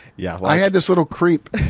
yeah i had this little creep,